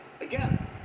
Again